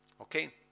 Okay